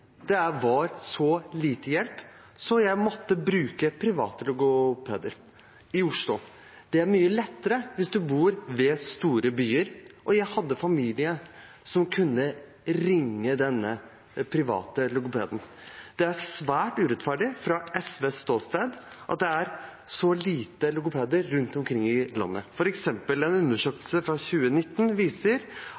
Det var så lite hjelp, så jeg måtte bruke private logopeder i Oslo. Det er mye lettere hvis du bor ved store byer, og jeg hadde familie som kunne ringe denne private logopeden. Det er svært urettferdig, fra SVs ståsted, at det er så få logopeder rundt omkring i landet. For eksempel viser en